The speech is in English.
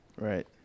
Right